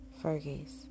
Fergies